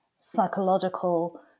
psychological